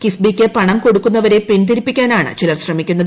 കിഫ്ബിക്ക് പണം കൊടുക്കുന്നവരെ പ്പിന്തിരിപ്പിക്കാനാണ് ചിലർ ശ്രമിക്കുന്നത്